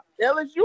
LSU